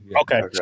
Okay